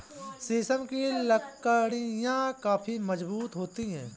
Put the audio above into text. शीशम की लकड़ियाँ काफी मजबूत होती हैं